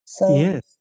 Yes